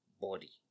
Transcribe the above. body